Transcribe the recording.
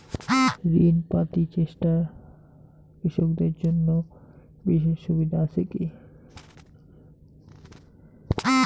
ঋণ পাতি চেষ্টা কৃষকদের জন্য বিশেষ সুবিধা আছি কি?